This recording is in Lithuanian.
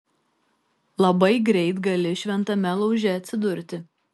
labai greit gali šventame lauže atsidurti